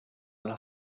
alla